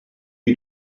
you